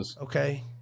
Okay